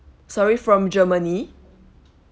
sorry from germany